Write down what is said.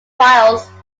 files